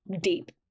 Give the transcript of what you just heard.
Deep